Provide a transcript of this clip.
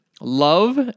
love